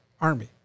army